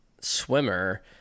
swimmer